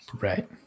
Right